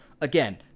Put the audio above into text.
again